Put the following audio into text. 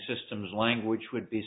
systems language would be